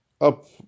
up